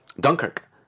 Dunkirk